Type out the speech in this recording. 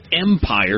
empire